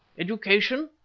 education!